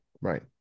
right